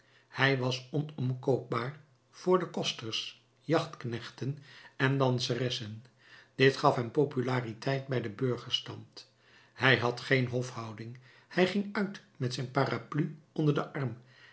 hij was onomkoopbaar voor de kosters jachtknechten en danseressen dit gaf hem populariteit bij den burgerstand hij had geen hofhouding hij ging uit met zijn parapluie onder den arm